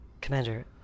Commander